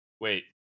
Wait